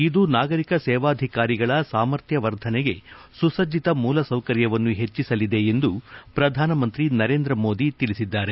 ಇದು ನಾಗರಿಕ ಸೇವಾಧಿಕಾರಿಗಳ ಸಾಮರ್ಥ್ಯ ವರ್ಧನೆಗೆ ಸುಸಜ್ಜಿತ ಮೂಲಸೌಕರ್ಯವನ್ನು ಹೆಚ್ಚಿಸಲಿದೆ ಎಂದು ಪ್ರಧಾನಮಂತಿ ನರೇಂದ ಮೋದಿ ತಿಳಿಸಿದ್ದಾರೆ